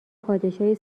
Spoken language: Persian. پادشاهی